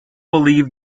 believe